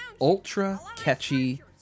ultra-catchy